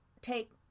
take